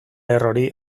errori